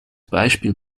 beispiel